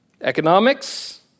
Economics